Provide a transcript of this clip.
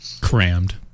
Crammed